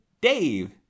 Dave